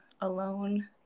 alone